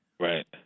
Right